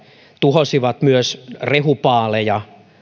tuhosivat myös rehupaaleja